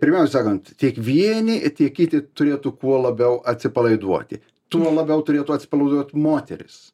pirmiausia sakant tiek vieni tiek kiti turėtų kuo labiau atsipalaiduoti tuo labiau turėtų atsipalaiduot moterys